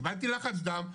קיבלתי לחץ דם,